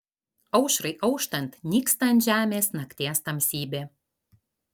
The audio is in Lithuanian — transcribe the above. aušrai auštant nyksta ant žemės nakties tamsybė